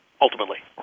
ultimately